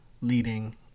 leading